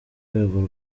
rwego